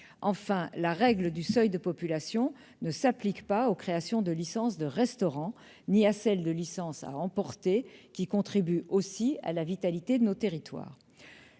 Enfin, la règle du seuil de population ne s'applique pas aux créations de licences de restaurants ni à celles des licences de vente à emporter, qui contribuent aussi à la vitalité de nos territoires.